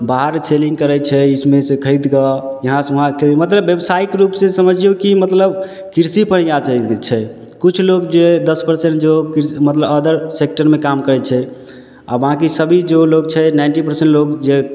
बाहर सेलिन्ग करै छै इसमेसे खरिदके यहाँसे वहाँ कएली मतलब बेवसाइक रूपसे समझिऔ कि मतलब कृषिपर ही आधारित छै किछु लोक जे दस परसेन्ट जो कृषि मतलब अदर सेक्टरमे काम करै छै आओर बाँकी सभी जो लोक छै नाइन्टी परसेन्ट लोक जे